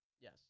Yes